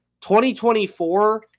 2024